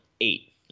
eight